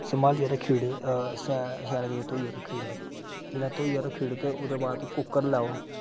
सम्भालियै रक्खी ओड़े शैल करियै धोइयै रक्खी ओड़े जिसलै धोइयै रक्खी ओड़े ते ओह्दै बाद कुक्कर रक्खी ओड़ो